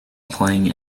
playing